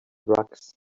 drugs